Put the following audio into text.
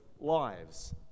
lives